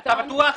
חשבת הלפ"ם.